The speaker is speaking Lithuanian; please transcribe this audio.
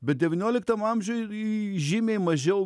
bet devynioliktam amžiui žymiai mažiau